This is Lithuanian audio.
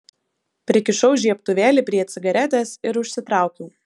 prikišau žiebtuvėlį prie cigaretės ir užsitraukiau